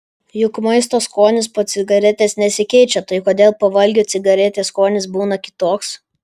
juk maisto skonis po cigaretės nesikeičia tai kodėl po valgio cigaretės skonis būna kitoks